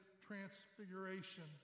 transfiguration